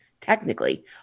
technically